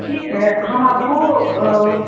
ٹھیک ہے ہم آپ کو